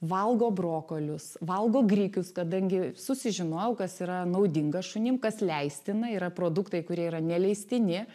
valgo brokolius valgo grikius kadangi susižinojau kas yra naudinga šunim kas leistina yra produktai kurie yra neleistini